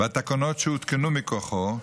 והתקנות שהותקנו מכוחו,